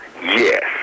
Yes